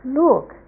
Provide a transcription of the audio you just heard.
look